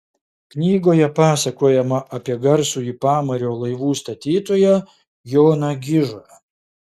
knygoje pasakojama apie garsųjį pamario laivų statytoją joną gižą